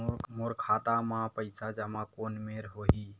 मोर खाता मा पईसा जमा कोन मेर होही?